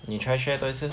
你 try share 多一次